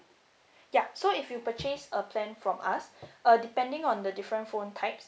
ya so if you purchase a plan from us uh depending on the different phone types